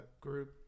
group